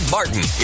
Martin